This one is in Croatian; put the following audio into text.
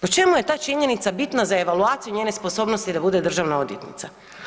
Po čemu je ta činjenica bitna za evaluaciju njene sposobnosti da bude državna odvjetnica?